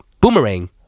Boomerang